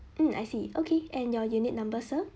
mm I see okay and your unit number sir